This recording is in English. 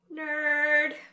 Nerd